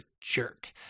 jerk